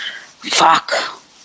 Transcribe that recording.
Fuck